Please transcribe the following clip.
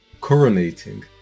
coronating